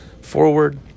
forward